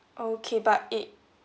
okay but it